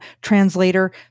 translator